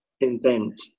invent